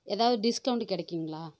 ஏதாவது டிஸ்கவுண்ட் கிடைக்குங்களா